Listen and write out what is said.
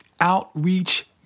outreach